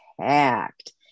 packed